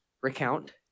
Recount